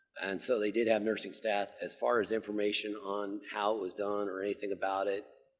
and so, they did have nursing staff. as far as information on how it was done or anything about it,